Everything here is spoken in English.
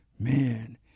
Man